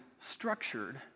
Structured